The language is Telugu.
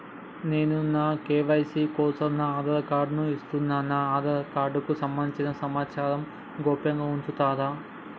నేను నా కే.వై.సీ కోసం నా ఆధార్ కార్డు ను ఇస్తున్నా నా ఆధార్ కార్డుకు సంబంధించిన సమాచారంను గోప్యంగా ఉంచుతరా?